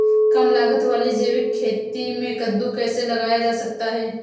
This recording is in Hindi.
कम लागत वाली जैविक खेती में कद्दू कैसे लगाया जा सकता है?